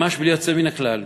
ממש בלי יוצא מן הכלל,